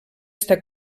està